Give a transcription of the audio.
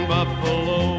Buffalo